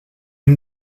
une